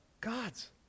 God's